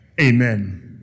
amen